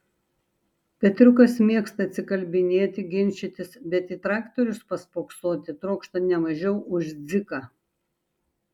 petriukas mėgsta atsikalbinėti ginčytis bet į traktorius paspoksoti trokšta ne mažiau už dziką